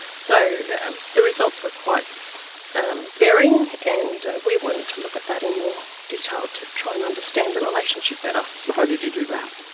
so the results were quite um varying, and we wanted to look at that in more detail to try and understand the relationship better. so how did you do that?